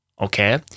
Okay